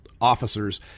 officers